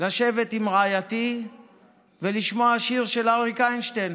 לשבת עם רעייתי ולשמוע שיר של אריק איינשטיין,